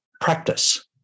practice